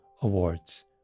awards